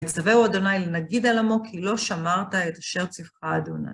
יסבהו ה' לנגיד על עמו, כי לא שמרת את אשר ציווך ה'.